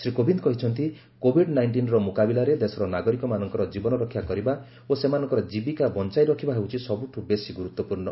ଶ୍ରୀ କୋବିନ୍ଦ କହିଛନ୍ତି କୋଭିଡ୍ ନାଇଷ୍ଟିନ୍ର ମୁକାବିଲାରେ ଦେଶର ନାଗରିକମାନଙ୍କର ଜୀବନରକ୍ଷା କରିବା ଓ ସେମାନଙ୍କର ଜୀବିକା ବଞ୍ଚାଇ ରଖିବା ହେଉଛି ସବୁଠୁ ବେଶି ଗୁରୁତ୍ୱପୂର୍ଣ୍ଣ